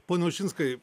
pone ušinskai